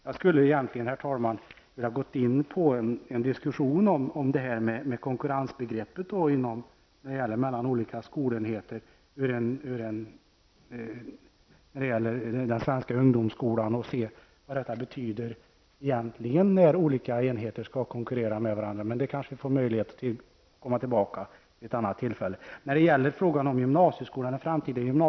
Jag skulle egentligen, herr talman, ha velat gå in på en diskussion om konkurrensbegreppet i fråga om olika skolenheter i den svenska ungdomskolan för att se vad det egentligen innebär när olika enheter skall konkurrera med varandra. Men vi kanske vid något annat tillfälle får möjlighet att komma tillbaka till det.